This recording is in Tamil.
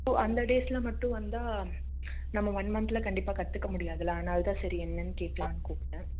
ஸோ அந்த டேஸில் மட்டும் வந்தால் நம்ம ஒன் மந்த்தில் கண்டிப்பாக கற்றுக்க முடியாதுல்ல அதனால தான் சரி என்னென்னு கேட்கலாம்னு கூப்பிட்டேன்